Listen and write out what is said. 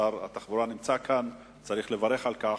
שר התחבורה נמצא כאן, וצריך לברך על כך.